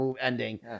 ending